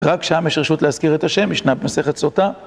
רק שם יש רשות להזכיר את השם, משנת מסכת סוטה.